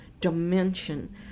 dimension